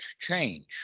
change